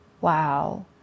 wow